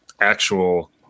actual